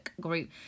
group